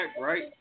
right